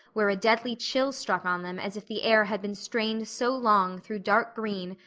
where a deadly chill struck on them as if the air had been strained so long through dark green,